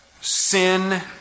sin